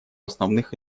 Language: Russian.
основных